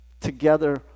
Together